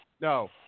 no